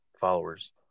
followers